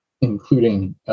including